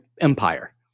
Empire